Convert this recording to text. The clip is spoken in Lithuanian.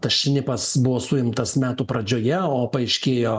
tas šnipas buvo suimtas metų pradžioje o paaiškėjo